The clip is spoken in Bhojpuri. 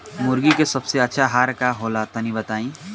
मुर्गी के सबसे अच्छा आहार का होला तनी बताई?